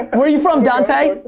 where you from dante?